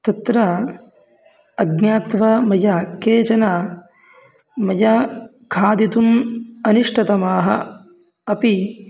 तत्र अज्ञात्वा मया केचन मया खादितुम् अनिष्टतमाः अपि